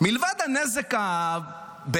מלבד הנזק לשיח,